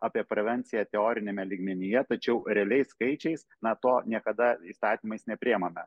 apie prevenciją teoriniame lygmenyje tačiau realiais skaičiais na to niekada įstatymais nepriimame